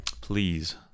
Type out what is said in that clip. Please